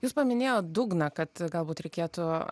jūs paminėjot dugną kad galbūt reikėtų